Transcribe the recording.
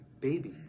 baby